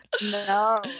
No